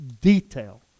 detail